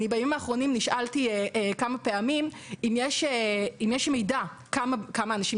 בימים האחרונים נשאלתי כמה פעמים אם יש מידע כמה אנשים